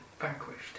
vanquished